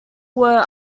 were